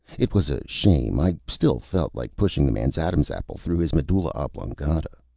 it was a shame. i still felt like pushing the man's adam's apple through his medulla oblongata.